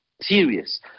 serious